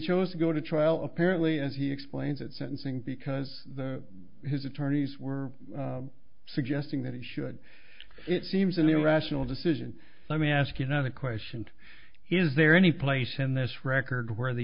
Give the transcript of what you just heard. chose to go to trial apparently as he explains at sentencing because the his attorneys were suggesting that it should it seems in the rational decision let me ask you not a question is there any place in this record where the